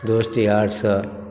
दोस्त यारसँ